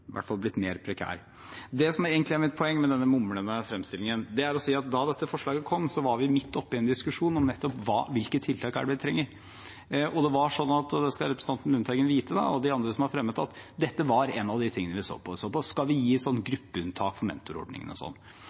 å si at da dette forslaget kom, var vi midt oppe i en diskusjon om nettopp hvilke tiltak det er vi trenger. Da skal representanten Lundteigen og de andre som har fremmet det, vite at dette var en av de tingene vi så på – om vi skulle gi gruppeunntak for mentorordningen. Så ble det rett og slett vurdert slik at det er mer kronglete å gjøre det på den måten enn å gjøre det vi endte med, nemlig en